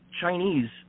chinese